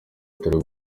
rutari